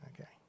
okay